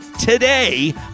today